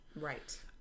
Right